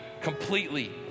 completely